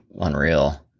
unreal